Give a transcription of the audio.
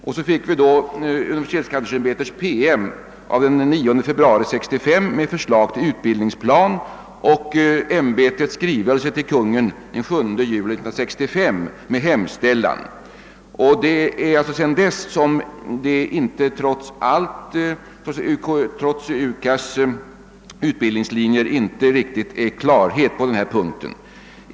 Den 9 februari 1965 utfärdades universitetskanslersäm betets promemoria med förslag till utbildningsplan, och den 7 juli 1965 lämnade ämbetet en skrivelse till Kungl. Maj:t med en hemställan. Trots UKAS:s utbildningslinjer råder inte klarhet på denna punkt.